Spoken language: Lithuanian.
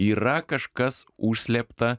yra kažkas užslėpta